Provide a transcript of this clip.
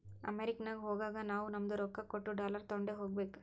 ಅಮೆರಿಕಾಗ್ ಹೋಗಾಗ ನಾವೂ ನಮ್ದು ರೊಕ್ಕಾ ಕೊಟ್ಟು ಡಾಲರ್ ತೊಂಡೆ ಹೋಗ್ಬೇಕ